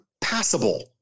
passable